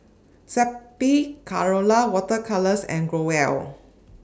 Zappy Colora Water Colours and Growell